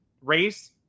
race